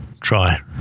try